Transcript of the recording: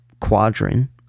quadrant